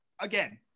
again